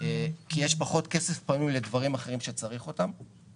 כי יש פחות כסף פנוי לדברים אחרים שצריך אותם,